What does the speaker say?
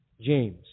James